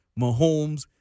Mahomes